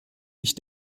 ich